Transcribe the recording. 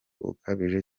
ukabije